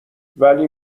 ولی